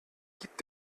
gibt